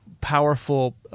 powerful